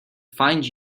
find